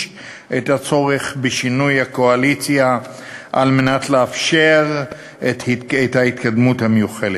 את הצורך בשינוי הקואליציה על מנת לאפשר את ההתקדמות המיוחלת.